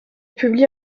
publie